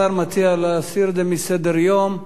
השר מציע להסיר את זה מסדר-היום.